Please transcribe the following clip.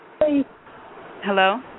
Hello